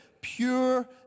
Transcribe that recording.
pure